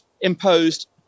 imposed